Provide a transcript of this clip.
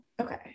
Okay